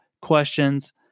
questions